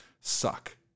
suck